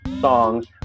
Songs